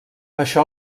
això